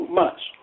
months